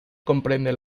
comprende